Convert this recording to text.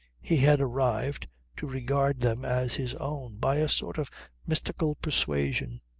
he had arrived to regard them as his own by a sort of mystical persuasion.